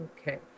okay